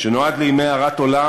שנועד לימי הרת עולם,